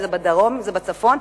אם בדרום ואם בצפון,